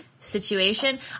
situation